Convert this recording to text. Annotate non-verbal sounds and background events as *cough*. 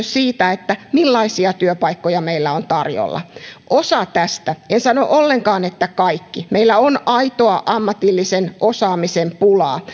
*unintelligible* siitä millaisia työpaikkoja meillä on tarjolla osa tästä en sano ollenkaan että kaikki meillä on aitoa ammatillisen osaamisen pulaa *unintelligible*